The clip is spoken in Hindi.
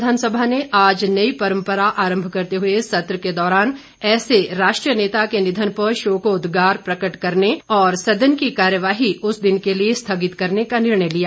प्रदेश विधानसभा ने आज नई परम्परा आरंभ करते हुए सत्र के दौरान ऐसे राष्ट्रीय नेता के निधन पर शोकोद्गार प्रकट करने और सदन की कार्यवाही उस दिन के लिए स्थगित करने का निर्णय लिया